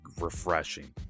refreshing